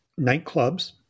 nightclubs